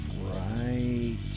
right